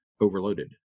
overloaded